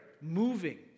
moving